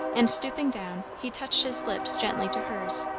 and stooping down he touched his lips gently to hers.